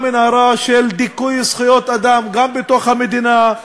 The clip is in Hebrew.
מנהרה של דיכוי זכויות אדם גם בתוך המדינה,